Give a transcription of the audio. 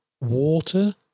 water